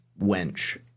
wench